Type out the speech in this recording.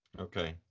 Okay